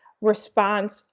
response